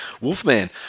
Wolfman